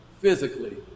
physically